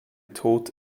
tod